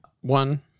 One